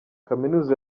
kaminuza